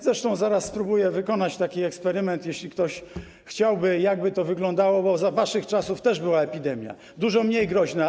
Zresztą zaraz spróbuję wykonać taki eksperyment, jeśli ktoś chciałby usłyszeć, jak by to wyglądało, bo za waszych czasów też była epidemia, dużo mniej groźna.